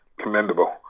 commendable